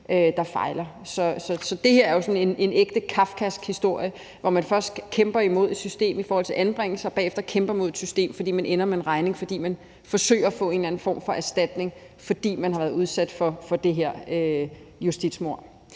der fejler. Så det her er en ægte kafkask historie, hvor man først kæmper imod et system i forhold til anbringelse og bagefter kæmper imod et system, fordi man ender med en regning, fordi man forsøger at få en eller anden form for erstatning, fordi man har været udsat for det her justitsmord.